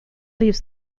leaves